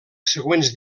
següents